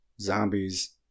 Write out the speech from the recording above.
zombies